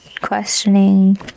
questioning